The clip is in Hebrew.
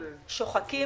שוחקים,